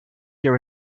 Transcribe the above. your